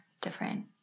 different